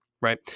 Right